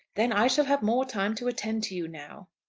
then i shall have more time to attend to you now.